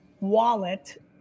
wallet